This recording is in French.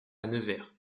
nevers